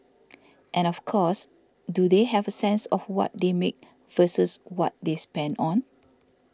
and of course do they have a sense of what they make versus what they spend on